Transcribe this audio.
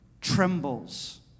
Trembles